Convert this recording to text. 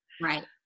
right